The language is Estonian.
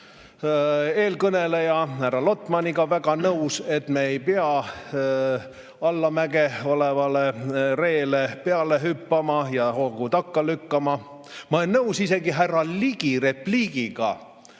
eelkõneleja härra Lotmaniga väga nõus, et me ei pea allamäge sõitva ree peale hüppama ja hoogu takka lükkama. Ma olen nõus isegi härra Ligi repliigiga